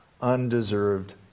undeserved